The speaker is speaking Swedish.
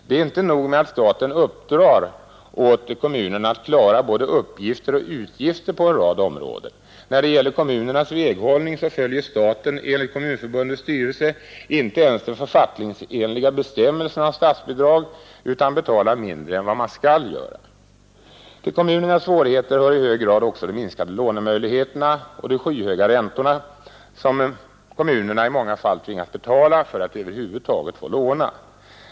Det är inte nog med att staten uppdrar åt kommunerna att klara både uppgifter och utgifter på en rad områden. När det gäller kommunernas väghållning följer staten enligt Kommunförbundets styrelse inte ens de författningsenliga bestämmelserna om statsbidrag utan betalar mindre än vad man skall göra. Till kommunernas svårigheter hör i hög grad också de minskade lånemöjligheterna och de skyhöga räntor kommunerna i många fall tvingas betala för att över huvud taget få låna.